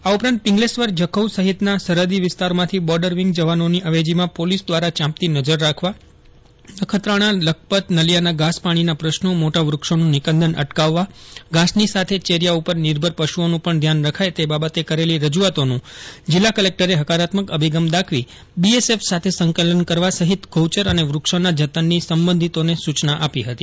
આ ઉપરાંત પિંગલેશ્વર જખૌ સહિતના સરહદી વિસ્તારમાંથી બોર્ડરવિંગ જવાનોની અવેજીમાં પોલીસ દ્વારા ચાંપતી નજર રાખવા નખત્રાષ્ટ્રાલખપતનલીયાના ઘાસ પાષ્ટીના પ્રશ્નો યોટા વૃક્ષોનું નિર્કદન અટકાવવા ઘાસની સાથે ચેરિયા પર નિર્ભર પશુઓનું પપ્ત ધ્યાન રખાય તે બાબતે કરેલી રજૂઆતોનું જિલ્લા કલેકટરે હકારાત્મક અભિગમ દાખવી બીએસએફ સાથે સંકલન કરવા સહિત ગૌચર અને વૃક્ષોના જતનની સંબંધિતોને સૂચના આપી હતી